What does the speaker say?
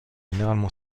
généralement